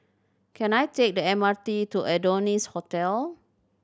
can I take the M R T to Adonis Hotel